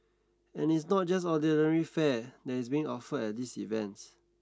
and it is not just ordinary fare that is being offered at these events